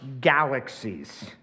galaxies